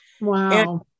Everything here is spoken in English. Wow